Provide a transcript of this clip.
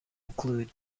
include